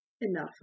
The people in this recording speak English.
enough